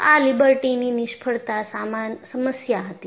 આ લિબર્ટીની નિષ્ફળતા સમસ્યા હતી